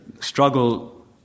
struggle